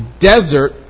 desert